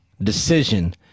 decision